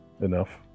enough